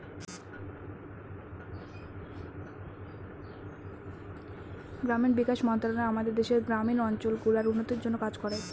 গ্রামীণ বিকাশ মন্ত্রণালয় আমাদের দেশের গ্রামীণ অঞ্চল গুলার উন্নতির জন্যে কাজ করে